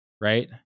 right